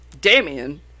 Damien